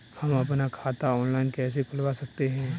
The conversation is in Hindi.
हम अपना खाता ऑनलाइन कैसे खुलवा सकते हैं?